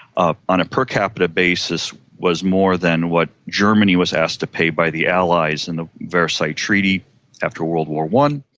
ah on a per capita basis, was more than what germany was asked to pay by the allies in the versailles treaty after world war one.